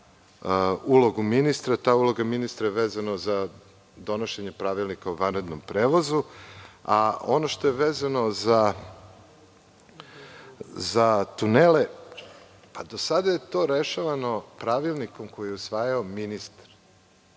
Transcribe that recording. ulogu ministra. Ta uloga ministra je vezana za donošenja Pravilnika o vanrednom prevozu. Ono što je vezano za tunele, pa do sada je to rešavano pravilnikom koji je donosio ministar,